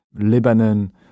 Lebanon